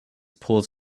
pulls